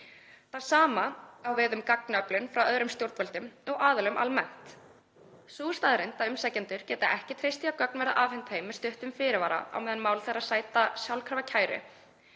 Það sama á við um gagnaöflun frá öðrum stjórnvöldum og aðilum almennt. Sú staðreynd að umsækjendur geta ekki treyst því að gögn verði afhent þeim með stuttum fyrirvara á meðan mál þeirra sæta sjálfkrafa kæru,